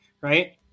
right